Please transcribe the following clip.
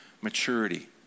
maturity